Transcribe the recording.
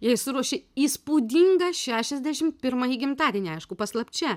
jai suruošė įspūdingą šešiasdešimt pirmąjį gimtadienį aišku paslapčia